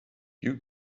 you